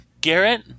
Garrett